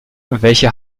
welche